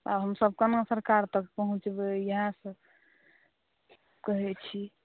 आ हमसभ कोना सरकार तक पहुँचबै इएह सभ कहै छी